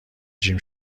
جیم